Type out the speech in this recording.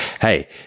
Hey